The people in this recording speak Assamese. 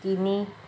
তিনি